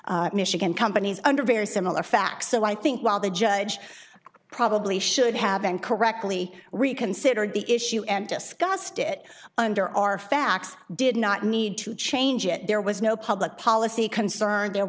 michigan companies under very similar facts so i think while the judge probably should have been correctly reconsidered the issue and discussed it under our facts did not need to change it there was no public policy concern there